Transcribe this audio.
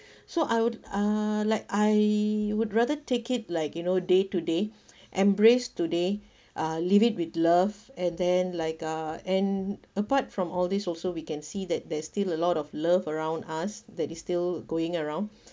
so I would uh like I would rather take it like you know day to day embrace today uh leave it with love and then like uh and apart from all these also we can see that there's still a lot of love around us that is still going around